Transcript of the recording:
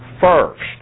first